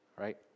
right